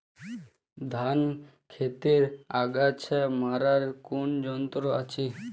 ধান ক্ষেতের আগাছা মারার কোন যন্ত্র আছে?